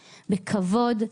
בכבוד,